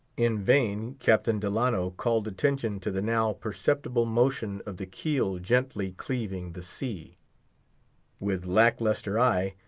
in vain captain delano called attention to the now perceptible motion of the keel gently cleaving the sea with lack-lustre eye,